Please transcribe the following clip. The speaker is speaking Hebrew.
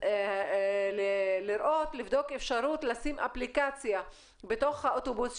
אז לבדוק אפשרות לשים אפליקציה בתוך האוטובוס,